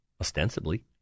ostensibly